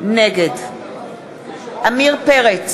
נגד עמיר פרץ,